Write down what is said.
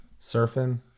surfing